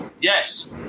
yes